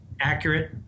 accurate